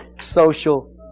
social